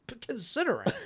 considering